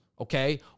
okay